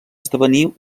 esdevenir